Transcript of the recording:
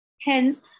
Hence